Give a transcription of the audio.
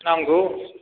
नांगौ